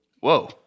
Whoa